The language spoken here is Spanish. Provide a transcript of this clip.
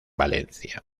valencia